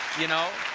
you know?